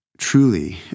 Truly